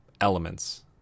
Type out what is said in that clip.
elements